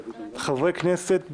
חברי כנסת --- רגע,